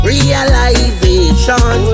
Realization